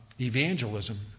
evangelism